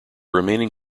remaining